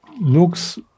looks